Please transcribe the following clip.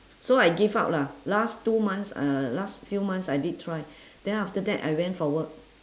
so I give up lah last two months uh last few months I did try then after that I went for work